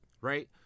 Right